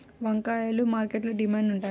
వంకాయలు మార్కెట్లో డిమాండ్ ఉంటాయా?